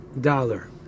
dollar